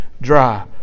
dry